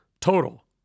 total